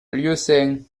lieusaint